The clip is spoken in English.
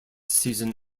season